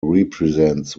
represents